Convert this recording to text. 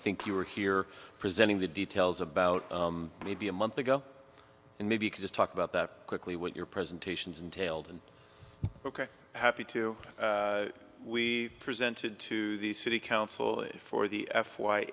think you were here presenting the details about maybe a month ago and maybe you could just talk about that quickly with your presentations entailed and ok happy to we presented to the city council for the f y